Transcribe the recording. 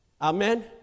Amen